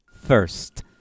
first